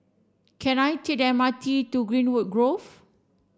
can I take the M R T to Greenwood Grove